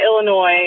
Illinois